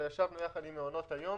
אלא ישבנו ביחד עם מעונות היום